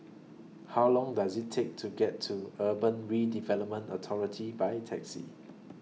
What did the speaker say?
How Long Does IT Take to get to Urban Redevelopment Authority By Taxi